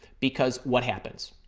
because what happens?